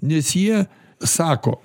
nes jie sako